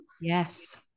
Yes